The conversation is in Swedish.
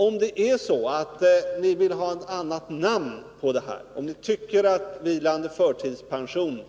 Om det är så att ni vill ha ett annat namn, om ni tycker att ”vilande förtidspension”